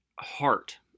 heart